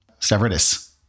Stavridis